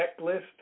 checklist